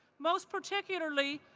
most particularly,